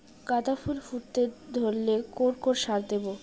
গাদা ফুল ফুটতে ধরলে কোন কোন সার দেব?